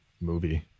movie